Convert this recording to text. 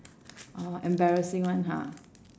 orh embarrassing one ha